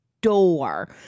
door